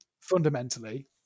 Fundamentally